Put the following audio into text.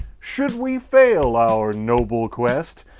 should we fail our noble quest,